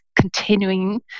continuing